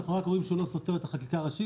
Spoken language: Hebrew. אנחנו רק רואים שהוא לא סותר את החקיקה הראשית,